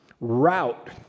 route